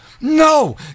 No